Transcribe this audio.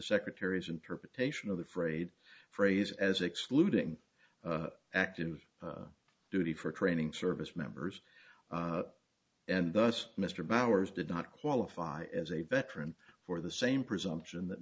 secretary's interpretation of the freyd phrase as excluding active duty for training service members and thus mr bowers did not qualify as a veteran for the same presumption that